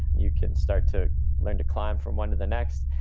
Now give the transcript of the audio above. you can start to learn to climb from one to the next.